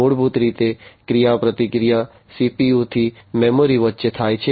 મૂળભૂત રીતે ક્રિયાપ્રતિક્રિયા CPU થી મેમરી વચ્ચે થાય છે